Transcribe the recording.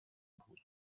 بود